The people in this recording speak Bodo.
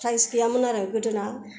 प्राइस गैयामोन आरो गोदोना